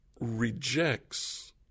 rejects